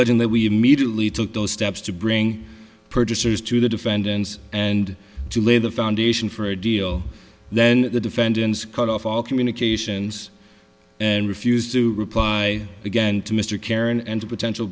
alleging that we immediately took those steps to bring purchasers to the defendants and to lay the foundation for a deal then the defendants cut off all communications and refused to reply again to mr karen and to potential